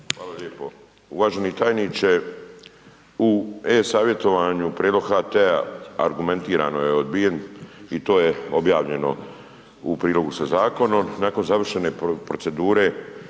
Hvala lijepo. Uvaženi tajniče. U e-Savjetovanju prijedlog HT-a argumentirano je odbijen i to je objavljeno u prilogu sa zakonom. Nakon završene procedure